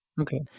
Okay